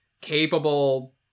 capable